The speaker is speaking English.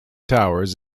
towers